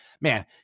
man